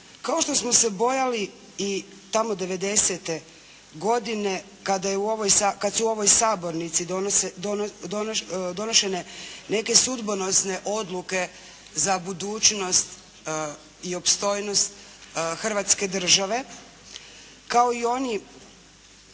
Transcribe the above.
kao što smo se bojali i tamo 90.-te godine kada su u ovoj Sabornici donošene neke sudbonosne odluke za budućnost i opstojnost Hrvatske države. Kao i oni,